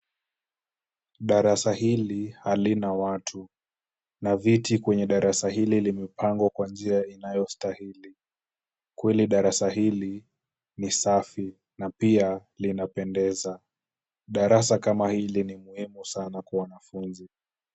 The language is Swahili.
Darasa hili halina watu na viti kwenye darasa hili vimepangwa kwa njia inayostahili, kweli darasa hili ni safi na pia linapendeza. Darasa kama hili ni muhimu sana kwa wanafunzi.